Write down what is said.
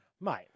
Mate